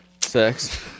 sex